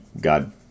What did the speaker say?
God